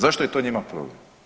Zašto je to njima problem?